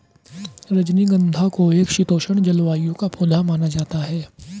रजनीगंधा को एक शीतोष्ण जलवायु का पौधा माना जाता है